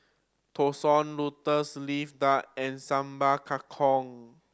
Thosai Lotus Leaf Duck and Sambal Kangkong